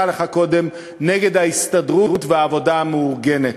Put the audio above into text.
לך קודם נגד ההסתדרות והעבודה המאורגנת.